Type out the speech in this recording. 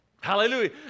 hallelujah